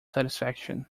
satisfaction